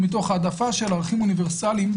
מתוך העדפה של ערכים אוניברסליים,